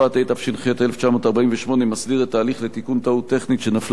מסדיר את ההליך לתיקון טעות טכנית שנפלה בנוסח חוק שהתקבל.